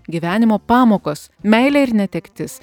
gyvenimo pamokos meilė ir netektis